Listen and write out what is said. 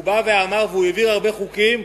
הוא העביר הרבה חוקים,